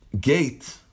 gate